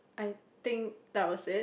I think that was it